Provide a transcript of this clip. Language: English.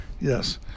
Yes